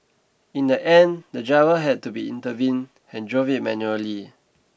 in the end the driver had to be intervene and drove it manually